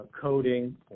coding